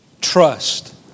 Trust